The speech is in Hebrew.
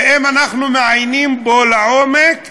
שאם אנחנו מעיינים בו לעומק,